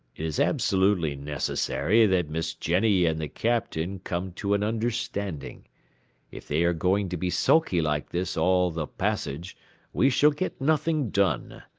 it is absolutely necessary that miss jenny and the captain come to an understanding if they are going to be sulky like this all the passage we shall get nothing done.